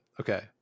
Okay